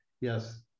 yes